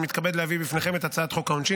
אני מתכבד להביא בפניכם את הצעת חוק העונשין